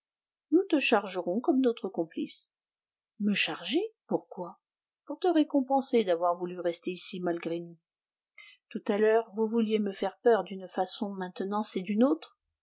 nous te chargerons comme notre complice me charger pourquoi pour te récompenser d'avoir voulu rester ici malgré nous tout à l'heure vous vouliez me faire peur d'une façon maintenant c'est d'une autre